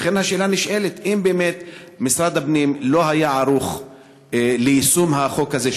לכן השאלה נשאלת: אם באמת משרד הפנים לא היה ערוך ליישום החוק הזה,